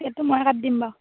টিকেটটো ময়ে কাটি দিম বাৰু